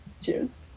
Cheers